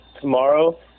tomorrow